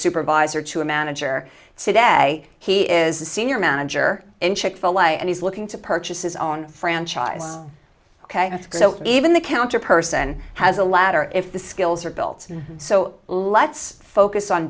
supervisor to a manager sid a he is a senior manager in chick fil a and he's looking to purchase his own franchise because even the counter person has a ladder if the skills are built so let's focus on